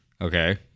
Okay